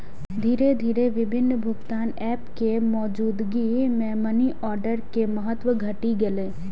धीरे धीरे विभिन्न भुगतान एप के मौजूदगी मे मनीऑर्डर के महत्व घटि गेलै